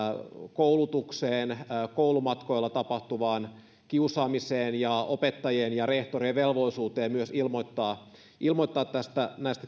koulutukseen koulumatkoilla tapahtuvaan kiusaamiseen ja opettajien ja rehtorien velvollisuuteen ilmoittaa ilmoittaa